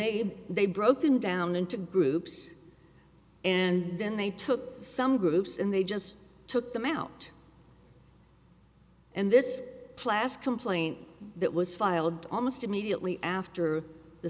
had they broken down into groups and then they took some groups and they just took them out and this class complaint that was filed almost immediately after the